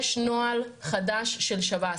יש נוהל חדש של שב"ס.